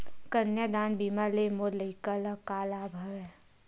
कन्यादान बीमा ले मोर लइका ल का लाभ हवय?